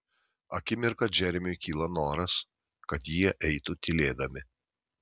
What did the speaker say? akimirką džeremiui kyla noras kad jie eitų tylėdami